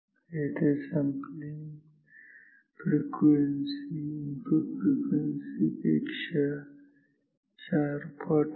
इथे sampling frequency input frequency पेक्षा चार पट आहे